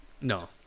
No